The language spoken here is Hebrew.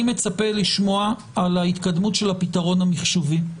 אני מצפה לשמוע על ההתקדמות של הפתרון המחשובי.